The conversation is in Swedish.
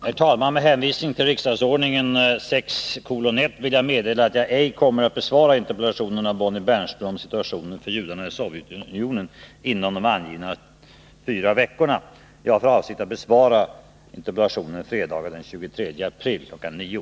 Herr talman! Med hänvisning till riksdagsordningen 6 kap. 18 får jag meddela att jag på grund av utlandsresa ej kommer att besvara interpellationen av Pär Granstedt om regeringens ställningstaganden i vissa utrikespolitiska frågor inom den angivna tiden fyra veckor. Jag har för avsikt att besvara interpellationen tisdagen den 18 januari kl. 13.